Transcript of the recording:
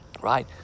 right